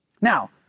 Now